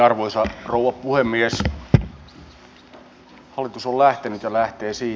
arvoisa puhemies